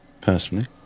personally